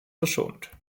verschont